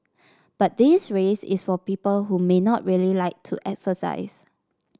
but this race is for people who may not really like to exercise